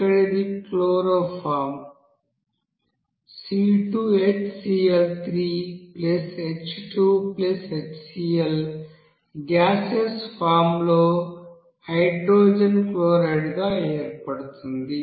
ఇక్కడ ఇది chloroform C2HCl3H2Hcl gaseous form లో హైడ్రోజన్ క్లోరైడ్ గా ఏర్పడుతుంది